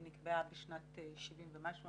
היא נקבעה בשנת 70' ומשהו,